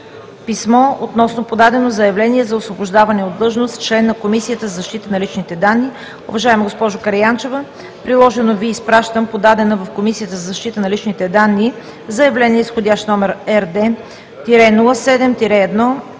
писмо относно подадено заявление за освобождаване от длъжност на член на Комисията за защита на личните данни: